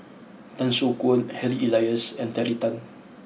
Tan Soo Khoon Harry Elias and Terry Tan